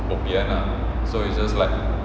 bo pian lah so it's just like